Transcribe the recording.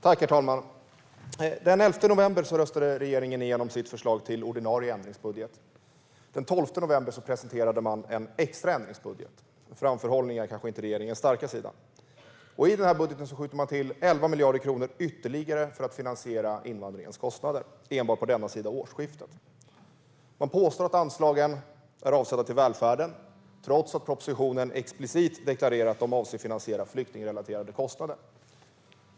Herr talman! Den 11 november röstade regeringen igenom sitt förslag till ordinarie ändringsbudget. Den 12 november presenterade man en extra ändringsbudget - framförhållning är kanske inte regeringens starka sida. I den budgeten skjuter man till 11 miljarder kronor ytterligare för att finansiera invandringens kostnader - enbart på denna sida årsskiftet. Man påstår att anslagen är avsedda för välfärden, trots att man i propositionen explicit deklarerar att man avser att finansiera flyktingrelaterade kostnader.